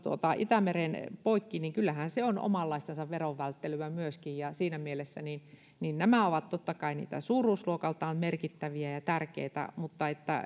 itämeren poikki niin kyllähän se on omanlaistansa verovälttelyä myöskin siinä mielessä vaikka nämä muut ovat totta kai niitä suuruusluokaltaan merkittäviä ja tärkeitä